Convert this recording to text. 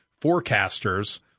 forecasters